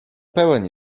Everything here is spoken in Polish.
pełen